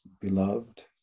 beloved